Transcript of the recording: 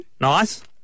Nice